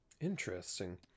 Interesting